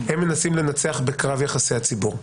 הם מנסים לנצח בקרב יחסי הציבור.